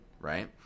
right